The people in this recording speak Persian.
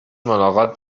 ملاقات